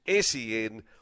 SEN